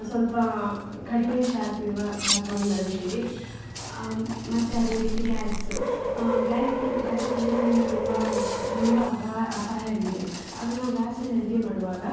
ಸ್ವಲ್ಪ ಕಡಿಮೆ ಶಾರ್ಪಿರುವ ಚಾಕುವನ್ನು ಬಳಸ್ತೀವಿ ಮತ್ತು ಅದೇ ರೀತಿ ಗ್ಯಾಸ್ ಗ್ಯಾಸ್ ಸಿ ಗ್ಯಾಸ್ ಸಿಲಿಂಡರಿಂದ ತುಂಬ ಇದು ತುಂಬ ಅಪಾಯವಿದೆ ಅದು ನಾವು ಗ್ಯಾಸಲ್ಲಿ ಅಡುಗೆ ಮಾಡುವಾಗ